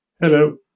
Hello